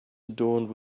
adorned